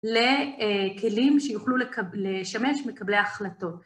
לכלים שיוכלו לשמש מקבלי החלטות.